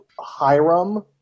Hiram